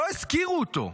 לא הזכירו אותו.